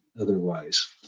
otherwise